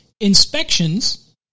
inspections